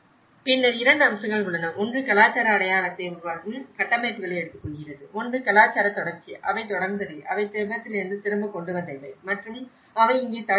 பின்னர் 2 அம்சங்கள் உள்ளன ஒன்று கலாச்சார அடையாளத்தை உருவாக்கும் கட்டமைப்புகளை எடுத்துக்கொள்கிறது ஒன்று கலாச்சார தொடர்ச்சி அவை தொடர்ந்தவை அவை திபெத்திலிருந்து திரும்பக் கொண்டு வந்தவை மற்றும் அவை இங்கே தழுவியவை